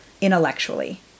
intellectually